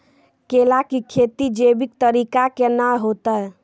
केला की खेती जैविक तरीका के ना होते?